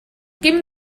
gimme